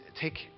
take